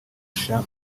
cha